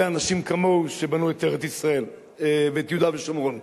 אנשים כמוהו שבנו את ארץ-ישראל ואת יהודה ושומרון.